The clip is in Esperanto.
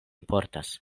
portas